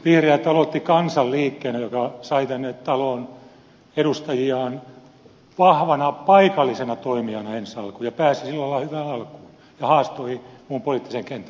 vihreät aloittivat kansanliikkeenä joka sai tänne taloon edustajiaan vahvana paikallisena toimijana ensi alkuun ja pääsi sillä lailla alkuun ja haastoi muun poliittisen kentän